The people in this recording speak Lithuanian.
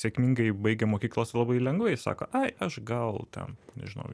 sėkmingai baigę mokyklas labai lengvai sako ai aš gal ten nežinau